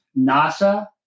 NASA